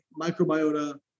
microbiota